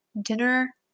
dinner